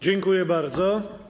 Dziękuję bardzo.